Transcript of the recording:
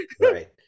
Right